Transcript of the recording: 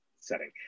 setting